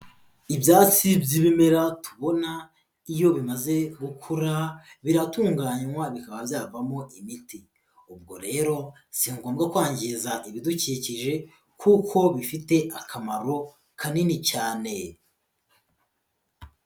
Ibyatsi by'ibimera tubona, iyo bimaze gukura biratunganywa bikaba byavamo imiti, ubwo rero si ngomba kwangiza ibidukikije kuko bifite akamaro kanini cyane.